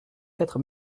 quatre